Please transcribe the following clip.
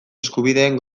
eskubideen